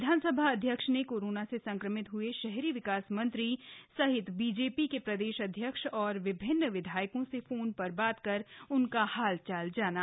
विधानसभा अध्यक्ष ने कोरोना से संक्रमित हए शहरी विकास मंत्री सहित बीजे ी के प्रदेश अध्यक्ष और विभिन्न विधायकों से फोन र बात कर उनका हालचाल जाना